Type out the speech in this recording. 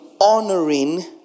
honoring